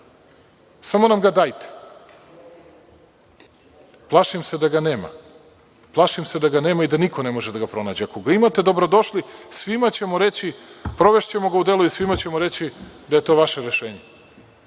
samo nam ga dajte. Plašim se da ga nema. Plašim se da ga nema i da niko ne može da ga pronađe. Ako ga imate, dobro došli, svima ćemo reći, provešćemo ga u delo i svima ćemo reći da je to vaše rešenje